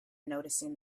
noticing